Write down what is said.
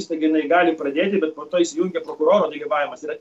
įstaiga jinai gali pradėti bet po to įsijungia prokuroro dalyvavimas yra